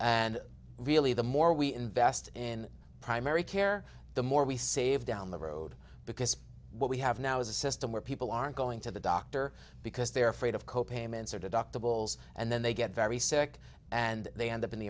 and really the more we invest in primary care the more we save down the road because what we have now is a system where people aren't going to the doctor because they're afraid of co payments or deductibles and then they get very sick and they end up in the